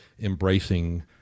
embracing